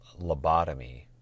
lobotomy